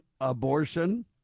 abortion